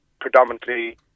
predominantly